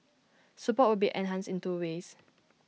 support will be enhanced in two ways